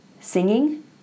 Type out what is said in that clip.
singing